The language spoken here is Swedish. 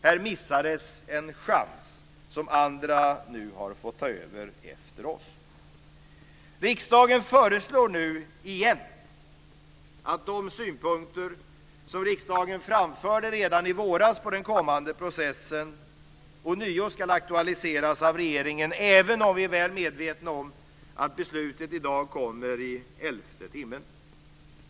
Här missades en chans som andra nu har fått ta över efter oss. Riksdagen föreslår nu igen att de synpunkter som riksdagen framförde redan i våras på den kommande processen ånyo ska aktualiseras av regeringen även om vi är väl medvetna om att beslutet i dag kommer i elfte timmen.